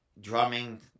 drumming